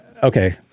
okay